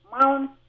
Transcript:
mount